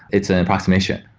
it's an approximation,